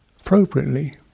appropriately